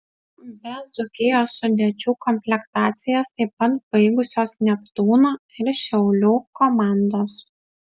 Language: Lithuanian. be dzūkijos sudėčių komplektacijas taip pat baigusios neptūno ir šiaulių komandos